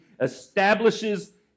establishes